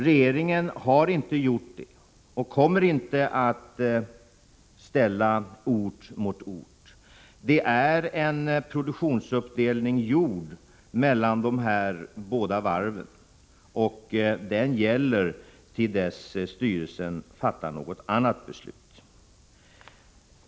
Regeringen har inte gjort det och kommer inte heller att ställa ort mot ort. Det har gjorts en produktionsuppdelning mellan de båda varven, och den gäller till dess att styrelsen har fattat ett annat beslut.